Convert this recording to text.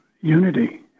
unity